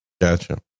Gotcha